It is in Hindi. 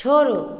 छोड़ो